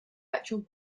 electoral